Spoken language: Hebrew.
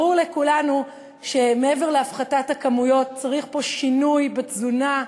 ברור לכולנו שמעבר להפחתת הכמויות צריך פה שינוי בתזונה,